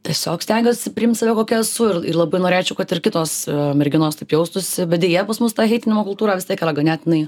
tiesiog stengiuosi priimt save kokia esu ir l labai norėčiau kad ir kitos merginos taip jaustųsi bet deja pas mus ta heitinimo kultūra vis tiek yra ganėtinai